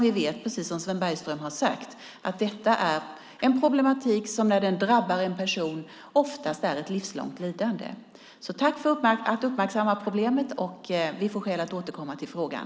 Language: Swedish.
Vi vet ju, precis som Sven Bergström har sagt, att detta är en problematik som när den drabbar en person oftast innebär ett livslångt lidande. Tack för att du uppmärksammar problemet! Vi får skäl att återkomma till frågan.